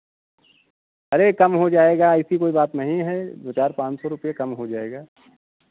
अरे कम हो जाएगा ऐसी कोई बात नहीं है दो चार पाँच सौ रुपए कम हो जाएगा